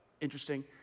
interesting